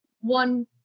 one